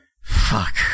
Fuck